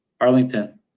Arlington